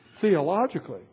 theologically